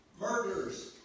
murders